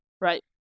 Right